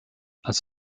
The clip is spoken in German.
als